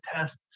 tests